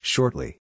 Shortly